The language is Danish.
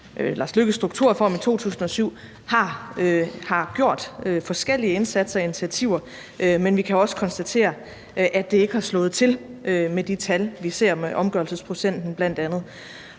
Rasmussens strukturreform i 2007, har gjort forskellige indsatser og taget forskellige initiativer, men vi kan også konstatere, at det ikke har slået til, med de tal, vi ser i forbindelse med bl.a.